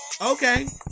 Okay